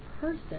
person